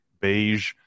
beige